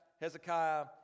Hezekiah